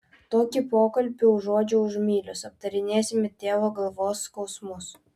tokį pokalbį užuodžiu už mylios aptarinėsime tėvo galvos skausmus